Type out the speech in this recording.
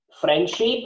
friendship